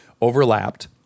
overlapped